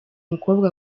mukobwa